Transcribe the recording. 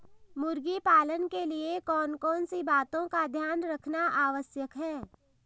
मुर्गी पालन के लिए कौन कौन सी बातों का ध्यान रखना आवश्यक है?